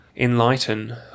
Enlighten